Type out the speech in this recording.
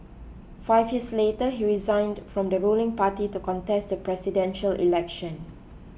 five years later he resigned from the ruling party to contest the Presidential Election